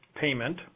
payment